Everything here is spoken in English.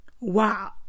Wow